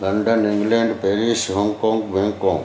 London England Paris Hong Kong Bangkok